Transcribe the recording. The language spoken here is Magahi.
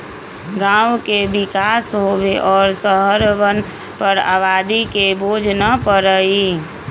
गांव के विकास होवे और शहरवन पर आबादी के बोझ न पड़ई